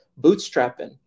bootstrapping